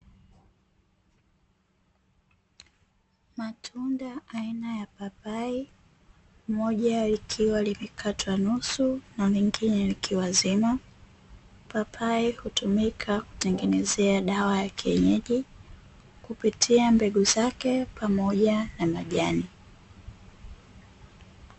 Matunda aina ya papai moja likiwa limekatwa nusu na lingine likiwa zima, papai hutumika kutengeneza dawa za kienyeji kupitia mbegu zake pamoja na majani.